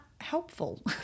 helpful